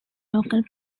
local